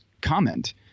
comment